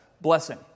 blessing